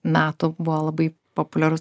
metų buvo labai populiarus